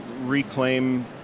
reclaim